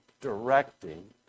directing